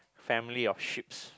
family of sheep's